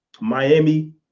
Miami